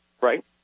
right